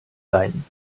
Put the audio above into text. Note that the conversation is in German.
sein